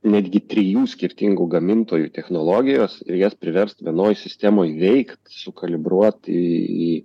netgi trijų skirtingų gamintojų technologijos ir jas priverst vienoj sistemoj veikt sukalibruot į į